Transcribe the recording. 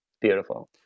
Beautiful